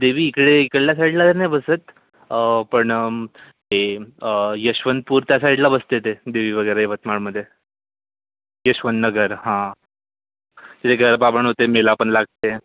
देवी इकडे इकडल्या साईडला नाही बसत पण ते यशवंतपूर त्या साईडला बसते दे देवी वगैरे यवतमाळमध्ये यशवंतनगर हा तिकडे गरबा पण होते मेला पण लागते